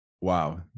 Wow